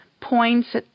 points